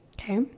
Okay